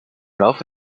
laufe